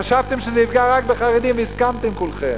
חשבתם שזה יפגע רק בחרדים והסכמתם כולכם.